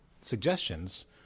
suggestions